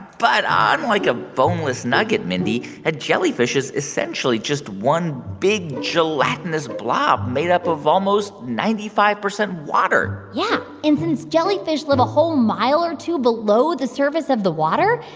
but um unlike a boneless nugget, mindy, a jellyfish is essentially just one big, gelatinous blob made up of almost ninety five percent water yeah. and since jellyfish live a whole mile or two below the surface of the water,